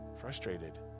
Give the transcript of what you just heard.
frustrated